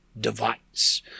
device